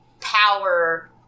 power